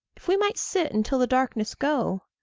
if we might sit until the darkness go,